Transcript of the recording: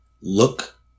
Look